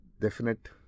definite